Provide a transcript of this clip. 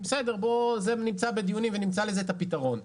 בסדר, זה נמצא בדיונים ונמצא לזה את הפתרון.